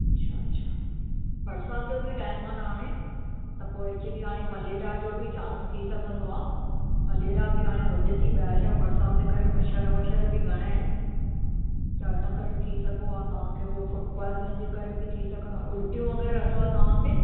अच्छा अच्छा बरसात जो बि टाइम आहे न हाणे त पोइ एक्चुअली हाणे मलेरिया जो बि चांस थी सघंदो आहे मलेरिया बि हाणे वधे थी ॿाहिर छा बरसात जे करे मछर वछर बि घणा आहिनि त इन करे थी सघो आहे तव्हां खे उहो फ़ूड पोइज़न जे करे बि थी सघंदो आहे उलिटियुं वग़ैरह अथव तव्हां खे